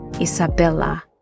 Isabella